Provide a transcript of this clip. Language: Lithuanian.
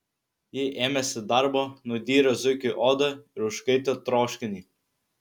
ji ėmėsi darbo nudyrė zuikiui odą ir užkaitė troškinį